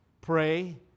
pray